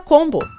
Combo